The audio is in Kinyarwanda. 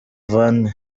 van